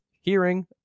hearing